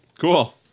Cool